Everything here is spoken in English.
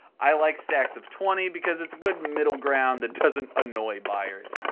i like stacks of twenty because it's a good middle ground that doesn't annoy buyers.